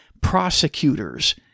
prosecutors